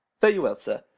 fare you well, sir.